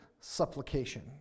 supplication